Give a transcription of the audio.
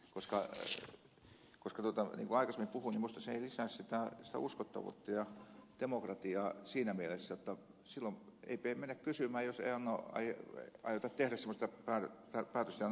niin kuin aikaisemmin puhuin minusta se ei lisää uskottavuutta ja demokratiaa siinä mielessä eikä silloin pidä mennä kysymään jos ei aiota tehdä päätöstä ja noudattaa sitä